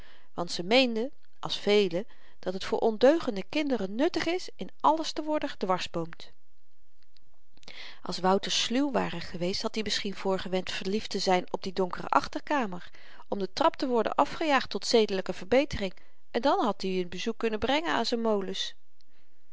want ze meende als velen dat het voor ondeugende kinderen nuttig is in alles te worden gedwarsboomd als wouter sluw ware geweest had i misschien voorgewend verliefd te zyn op die donkere achterkamer om de trap te worden afgejaagd tot zedelyke verbetering en dan had i n bezoek kunnen brengen aan z'n molens